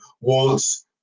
wants